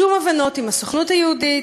שום הבנות עם הסוכנות היהודית,